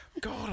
God